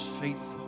faithful